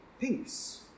peace